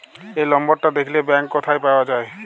এই লম্বরটা দ্যাখলে ব্যাংক ক্যথায় পাউয়া যায়